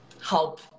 help